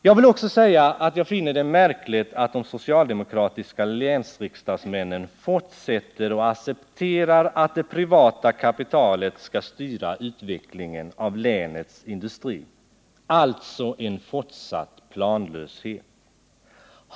Jag vill också säga att jag finner det märkligt att de socialdemokratiska länsriksdagsmännen fortsätter att acceptera att det privata kapitalet skall styra utvecklingen av länets industri, alltså en fortsatt planlöshet.